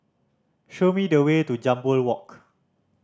show me the way to Jambol Walk